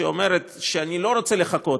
שאומרת שאני לא רוצה לחכות,